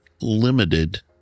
limited